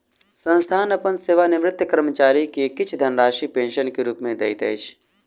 संस्थान अपन सेवानिवृत कर्मचारी के किछ धनराशि पेंशन के रूप में दैत अछि